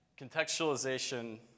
Contextualization